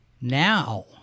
now